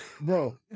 Bro